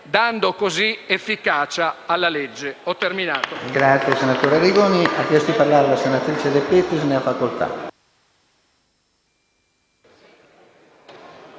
dando così efficacia alla legge.